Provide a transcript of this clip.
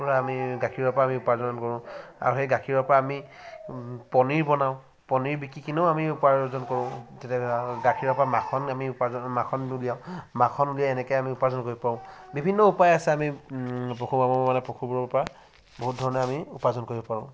পৰা আমি গাখীৰৰপৰা আমি উৎপাদন কৰোঁ আৰু সেই গাখীৰৰপৰা আমি পনীৰ বনাওঁ পনীৰ বিকিকেনিও আমি উপাৰ্জন কৰোঁ গাখীৰৰ পৰা মাখন আমি উৎপাদন মাখন আমি উলিয়াওঁ মাখন উলিয়াই এনেকৈ আমি উপাৰ্জন কৰিব পাৰোঁ বিভিন্ন উপায় আছে আমি বহুত ধৰণে আমি উপাৰ্জন কৰিব পাৰোঁ